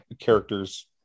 characters